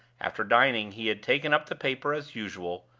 after dining, he had taken up the paper as usual,